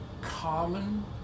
common